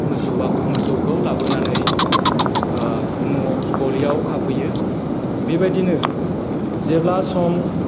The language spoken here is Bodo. मोसौआ मोसौखौ लाबोनानै न' गलियाव खाफैयो बेबायदिनो जेब्ला सम